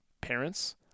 parents